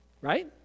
right